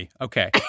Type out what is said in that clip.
Okay